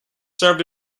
served